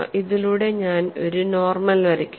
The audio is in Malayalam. ഇതിലൂടെ ഞാൻ ഒരു നോർമൽ വരയ്ക്കുന്നു